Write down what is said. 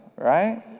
right